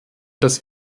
dass